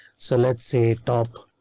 so let's say top.